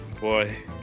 Boy